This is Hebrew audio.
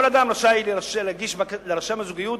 כל אדם רשאי להגיש לרשם הזוגיות,